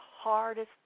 hardest